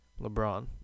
LeBron